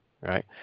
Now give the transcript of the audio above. right